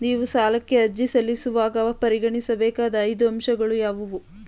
ನೀವು ಸಾಲಕ್ಕೆ ಅರ್ಜಿ ಸಲ್ಲಿಸುವಾಗ ಪರಿಗಣಿಸಬೇಕಾದ ಐದು ಅಂಶಗಳು ಯಾವುವು?